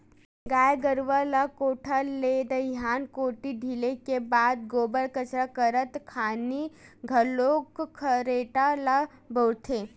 गाय गरुवा ल कोठा ले दईहान कोती ढिले के बाद गोबर कचरा करत खानी घलोक खरेटा ल बउरथे